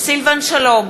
סילבן שלום,